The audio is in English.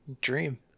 dream